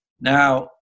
Now